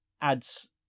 adds